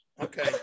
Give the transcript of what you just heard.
okay